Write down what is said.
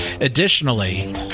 Additionally